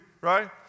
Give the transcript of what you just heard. Right